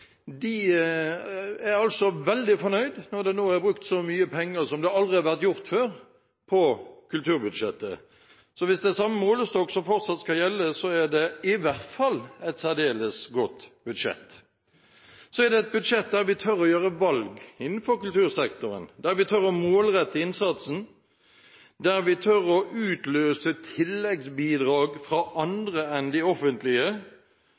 kultursektoren, er altså ikke veldig fornøyd når det nå er brukt så mye penger som det aldri før har vært gjort, på kulturbudsjettet. Så hvis det er samme målestokk som fortsatt skal gjelde, er det i hvert fall et særdeles godt budsjett. Det er også et budsjett der man tør å gjøre valg innenfor kultursektoren, der man tør å målrette innsatsen, og der man tør å utløse tilleggsbidrag fra andre enn de offentlige.